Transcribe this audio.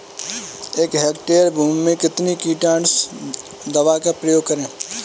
एक हेक्टेयर भूमि में कितनी कीटनाशक दवा का प्रयोग करें?